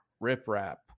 riprap